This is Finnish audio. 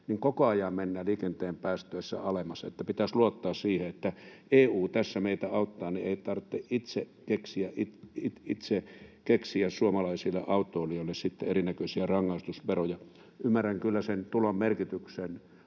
— koko ajan mennään liikenteen päästöissä alemmas. Pitäisi luottaa siihen, että EU tässä meitä auttaa, niin ettei tarvitse itse keksiä suomalaisille autoilijoille erinäköisiä rangaistusveroja. Ymmärrän kyllä sen tulon merkityksen